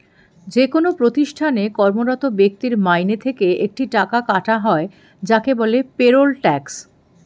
যেকোন প্রতিষ্ঠানে কর্মরত ব্যক্তির মাইনে থেকে একটা টাকা কাটা হয় যাকে বলে পেরোল ট্যাক্স